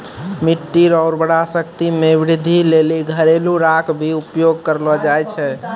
मिट्टी रो उर्वरा शक्ति मे वृद्धि लेली घरेलू राख भी उपयोग करलो जाय छै